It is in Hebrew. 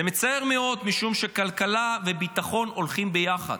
זה מצער מאוד, משום שכלכלה וביטחון הולכים ביחד.